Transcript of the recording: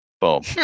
Boom